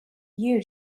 you